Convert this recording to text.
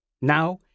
Now